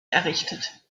errichtet